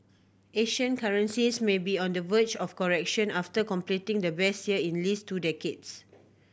Asian currencies may be on the verge of a correction after completing the best year in least two decades